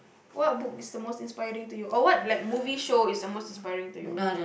what book is the most inspiring to you or what like movie show is the most inspiring to you